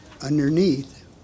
Underneath